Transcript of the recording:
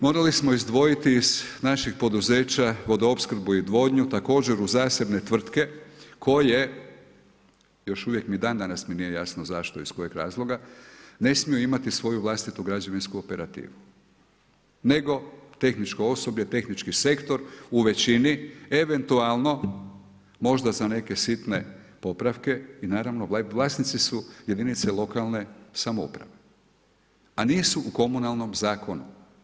Morali smo izdvojiti iz naših poduzeća vodoopskrbu i odvodnju također u zasebne tvrtke koje još uvijek ni dan danas mi nije jasno zašto iz kojeg razloga ne smiju imati svoju vlastitu građevinsku operativu nego tehničko osoblje, tehnički sektor u većini eventualno možda za neke sitne popravke i naravno vlasnici su jedinice lokalne samouprave a nisu u komunalnom zakonu.